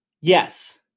Yes